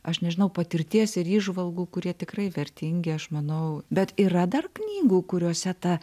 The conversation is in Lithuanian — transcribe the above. aš nežinau patirties ir įžvalgų kurie tikrai vertingi aš manau bet yra dar knygų kuriose ta